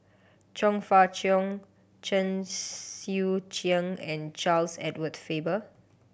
Chong Fah Cheong Chen Sucheng and Charles Edward Faber